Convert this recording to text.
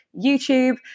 YouTube